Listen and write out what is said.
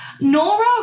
Nora